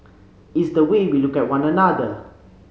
it's the way we look at one another